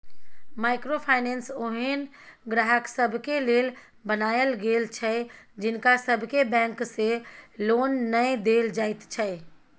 micro finance ओहेन ग्राहक सबके लेल बनायल गेल छै जिनका सबके बैंक से लोन नै देल जाइत छै